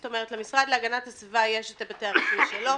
זאת אומרת למשרד להגנת הסביבה יש את היבטי הרישוי שלו,